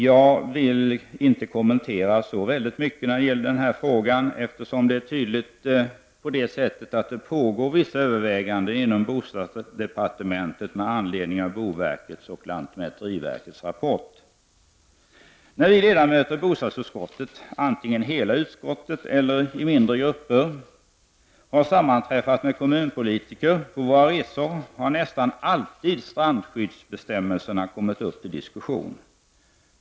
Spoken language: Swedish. Jag vill dock inte kommentera denna fråga så mycket, eftersom det tydligen görs överväganden inom bostadsdepartementet med anledning av boverkets och lantmäteriverkets rapport. När vi ledamöter i bostadsutskottet — antingen hela utskottet eller mindre grupper — har sammanträffat med kommunpolitiker har nästan alltid strandskyddsbestämmelserna kommit upp till diskussion.